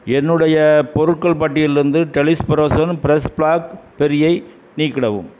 என்னுடைய பொருட்கள் பட்டியலிலிருந்து டெலிஷ் ஃப்ரோசன் ஃபிரெஷ் பிளாக்பெர்ரியை நீக்கிடவும்